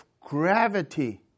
gravity